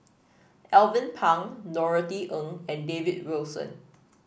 Alvin Pang Norothy Ng and David Wilson